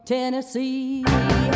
Tennessee